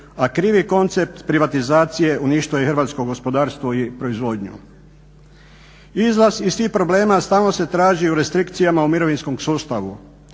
a krivi koncept privatizacije uništio je hrvatsko gospodarstvo i proizvodnju. Izlaz iz tih problema stalno se traži u restrikcijama u mirovinskom sustavu,